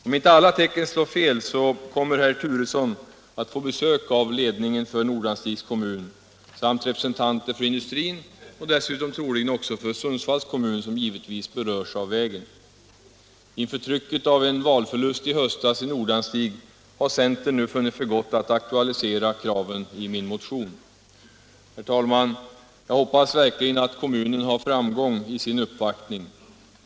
Om inte alla tecken slår fel, kommer herr Turesson att få besök av ledningen för Nordanstigs kommun samt representanter för industrin och dessutom troligen också för Sundsvalls kommun, som givetvis berörs av vägen. Inför trycket av en valförlust i höstas i Nordanstig har centern nu funnit för gott att aktualisera kraven i min motion. Herr talman! Jag hoppas verkligen att kommunen har framgång i sin uppvaktning.